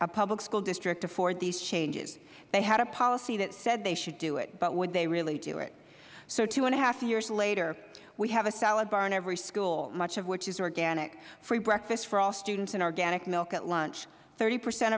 our public school district afford these changes they had a policy that said they should do it but would they really do it so two years later we have a salad bar in every school much of which is organic free breakfasts for all students and organic milk at lunch thirty percent